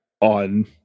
on